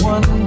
One